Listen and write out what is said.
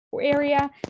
area